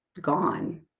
gone